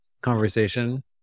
conversation